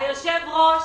תעבירו את זה כבר,